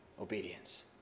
obedience